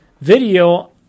video